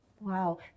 Wow